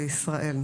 בישראל.